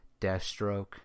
Deathstroke